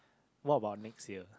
what about next year